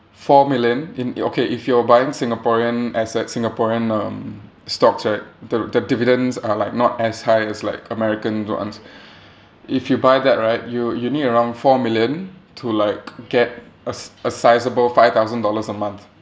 four million in okay if you're buying singaporean assets singaporean um stocks right the their dividends are like not as high as like american ones if you buy that right you you need around four million to like get a s~ a sizeable five thousand dollars a month